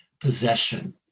possession